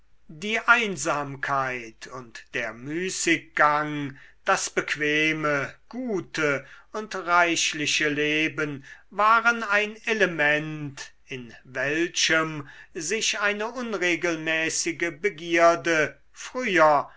die einsamkeit und der müßiggang das bequeme gute und reichliche leben waren ein element in welchem sich eine unregelmäßige begierde früher